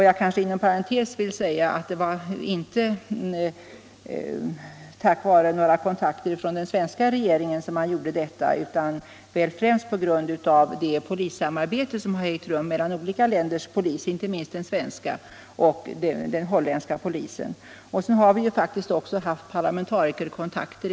Jag vill inom parentes säga att det inte var tack vare några kontakter från den svenska regeringen man gjorde detta, utan det var främst på grund av det polissamarbete som ägt rum mellan olika länders polis, inte minst mellan den svenska och den holländska polisen. Sedan har vi faktiskt också haft parlamentarikerkontakter.